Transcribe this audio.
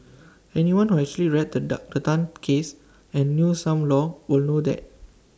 anyone who actually read the Dan Tan case and knew some law will know that